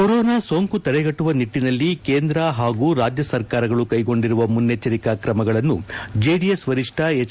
corona ಸೋಂಕು ತಡೆಗಟ್ಟುವ ನಿಟ್ಟೆನಲ್ಲಿ ಕೇಂದ್ರ ಹಾಗೂ ರಾಜ್ಯ ಸರ್ಕಾರಗಳು ಕೈಗೊಂಡಿರುವ ಮುನ್ನೆಚ್ಚರಿಕಾ ಕ್ರಮಗಳನ್ನು ಜೆಡಿಎಸ್ ವರಿಷ್ಠ ಎಚ್